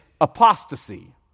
apostasy